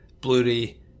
Blu-ray